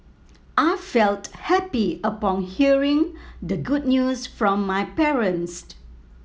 I felt happy upon hearing the good news from my parents